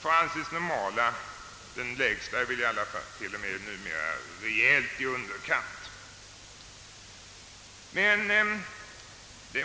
får anses som normala; den lägsta är t.o.m. åtskilligt i underkant.